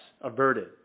averted